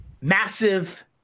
massive